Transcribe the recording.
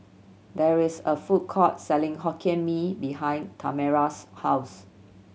there is a food court selling Hokkien Mee behind Tamera's house